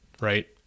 right